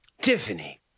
Tiffany